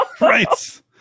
Right